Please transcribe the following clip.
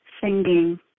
singing